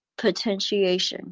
potentiation